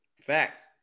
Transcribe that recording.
Facts